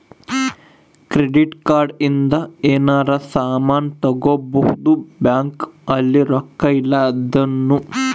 credit card ಇಂದ ಯೆನರ ಸಾಮನ್ ತಗೊಬೊದು ಬ್ಯಾಂಕ್ ಅಲ್ಲಿ ರೊಕ್ಕ ಇಲ್ಲ ಅಂದೃನು